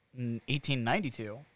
1892